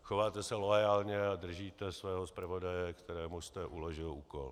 Chováte se loajálně a držíte svého zpravodaje, kterému jste uložil úkol.